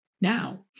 now